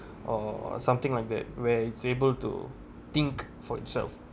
or something like that will able to think for itself